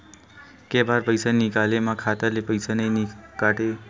के बार पईसा निकले मा खाता ले पईसा नई काटे?